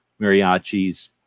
mariachis